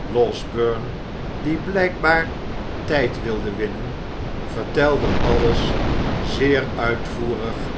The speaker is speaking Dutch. losberne die blijkbaar tijd wilde winnen vertelde alles zeer uitvoerig